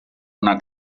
una